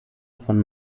von